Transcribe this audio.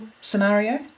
scenario